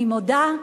אני מודה: